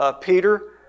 Peter